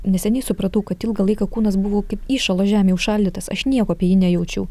neseniai supratau kad ilgą laiką kūnas buvo kaip įšalo žemėj užšaldytas aš nieko apie jį nejaučiau